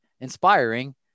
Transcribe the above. inspiring